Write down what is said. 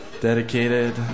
dedicated